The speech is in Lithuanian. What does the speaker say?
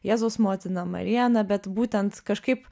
jėzaus motina marija na bet būtent kažkaip